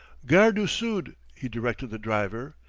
gare du sud, he directed the driver.